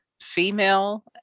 female